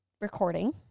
recording